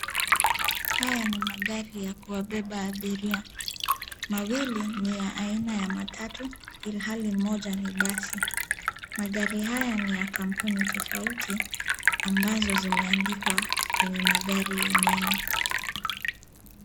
Haya ni magari ya kuwabeba abiria. Mawili ni ya aina ya matatu, ilhali moja ni basi. Magari haya ni ya kampuni tofauti ambazo zimeandikwa kwenye magari yenyewe.